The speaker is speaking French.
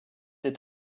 est